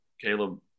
Caleb –